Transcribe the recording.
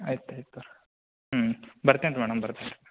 ಆಯ್ತು ಆಯಿತು ಹ್ಞೂ ಬರ್ತೆನೆ ರಿ ಮೇಡಮ್ ಬರ್ತೆನೆ